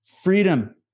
Freedom